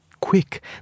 quick